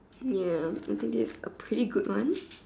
ya I think this is a pretty good one